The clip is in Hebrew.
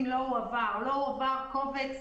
לא ביצע בדיקה